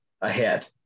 ahead